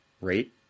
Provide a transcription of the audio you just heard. rate